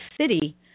city